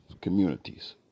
communities